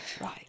right